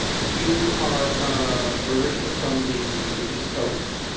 you are ah originally from the the east coast,